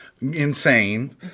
Insane